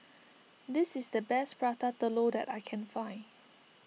this is the best Prata Telur that I can find